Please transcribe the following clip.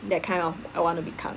that kind of I want to become